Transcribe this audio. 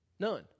None